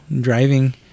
driving